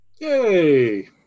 yay